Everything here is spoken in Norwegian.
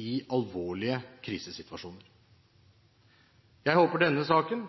i alvorlige krisesituasjoner. Jeg håper at denne saken